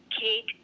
Kate